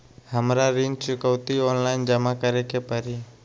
हमरा ऋण चुकौती ऑनलाइन जमा करे के परी?